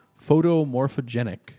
photomorphogenic